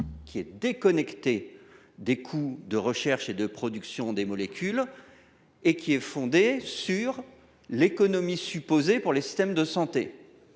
qui est déconnectée des coûts de recherche et de production des molécules, et qui est fondée sur une estimation de l’économie supposée pour les systèmes de santé.